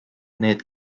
need